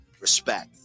respect